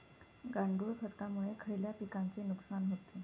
गांडूळ खतामुळे खयल्या पिकांचे नुकसान होते?